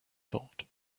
thought